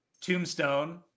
Tombstone